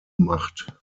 macht